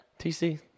TC